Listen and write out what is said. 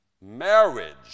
Marriage